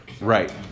Right